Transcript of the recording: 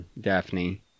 Daphne